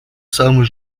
самый